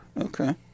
Okay